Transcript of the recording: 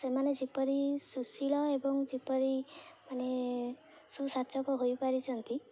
ସେମାନେ ଯେପରି ସୁଶୀଳ ଏବଂ ଯେପରି ମାନେ ସୁଶାସକ ହୋଇପାରିଛନ୍ତି